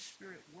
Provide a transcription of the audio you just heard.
Spirit